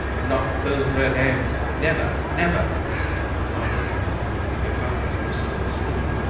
not with those red hands! never! never on looking at him, i found that he was still asleep.